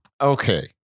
Okay